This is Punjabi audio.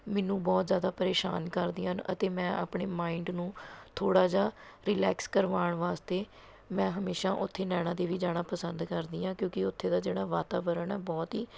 ਮੈਨੂੰ ਬਹੁਤ ਜ਼ਿਆਦਾ ਪਰੇਸ਼ਾਨ ਕਰਦੀਆਂ ਹਨ ਅਤੇ ਮੈਂ ਆਪਣੇ ਮਾਇੰਡ ਨੂੰ ਥੋੜ੍ਹਾ ਜਿਹਾ ਰਿਲੈਕਸ ਕਰਵਾਉਣ ਵਾਸਤੇ ਮੈਂ ਹਮੇਸ਼ਾਂ ਉੱਥੇ ਨੈਣਾਂ ਦੇਵੀ ਜਾਣਾ ਪਸੰਦ ਕਰਦੀ ਹਾਂ ਕਿਉਂਕਿ ਉੱਥੇ ਦਾ ਜਿਹੜਾ ਵਾਤਾਵਰਨ ਹੈ ਬਹੁਤ ਹੀ